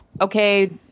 Okay